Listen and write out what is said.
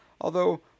Although